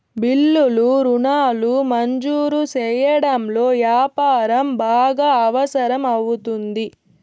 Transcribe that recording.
బిల్లులు రుణాలు మంజూరు సెయ్యడంలో యాపారం బాగా అవసరం అవుతుంది